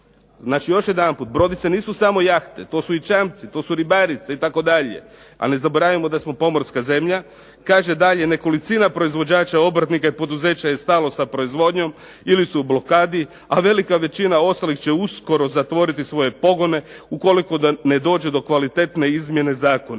Znači još jedanput brodice nisu samo jahte, to su i čamci, ribarice itd., a ne zaboravimo da smo pomorska zemlja. Kaže dalje, nekolicina proizvođača obrtnika i poduzeća je stalo sa proizvodnjom ili su u blokadi, a velika većina ostalih će uskoro zatvoriti svoje pogone ukoliko ne dođe do kvalitetne izmjene Zakona.